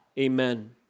Amen